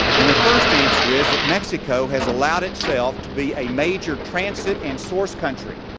and the first answer is that mexico has allowed itself to be a major transit and source country.